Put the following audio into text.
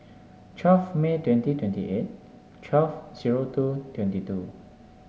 twelve May twenty twenty eight twelve zero two twenty two